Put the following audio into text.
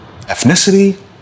ethnicity